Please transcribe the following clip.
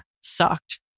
sucked